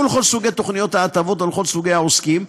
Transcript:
לכל סוגי תוכניות ההטבות או לכל סוגי העוסקים,